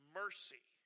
mercy